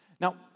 Now